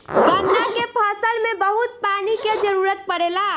गन्ना के फसल में बहुत पानी के जरूरत पड़ेला